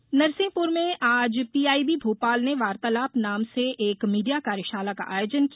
कार्यशाला नरसिंहपुर में आज पीआईबी भोपाल ने वार्तालाप नाम से एक मीडिया कार्यशाला का आयोजन किया